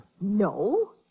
No